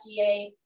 FDA